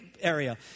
area